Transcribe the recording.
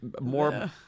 more